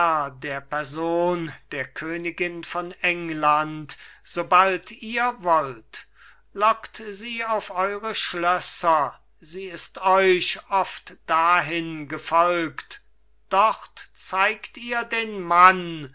der person der königin von england sobald ihr wollt lockt sie auf eure schlösser sie ist euch oft dahin gefolgt dort zeigt ihr den mann